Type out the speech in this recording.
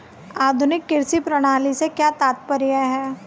आधुनिक कृषि प्रणाली से क्या तात्पर्य है?